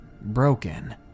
broken